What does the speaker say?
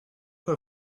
her